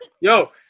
yo